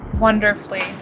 wonderfully